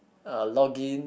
uh login